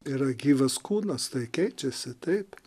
yra gyvas kūnas tai keičiasi taip